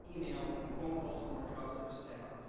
email, and phone calls from our job service staff,